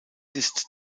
ist